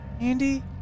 Andy